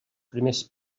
primers